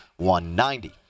190